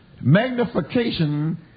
Magnification